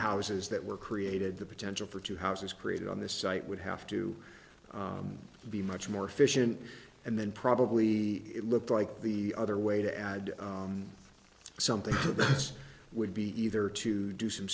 houses that were created the potential for two houses created on this site would have to be much more efficient and then probably it looked like the other way to add something would be either to do some